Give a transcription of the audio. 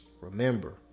remember